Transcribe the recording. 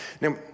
Now